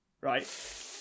right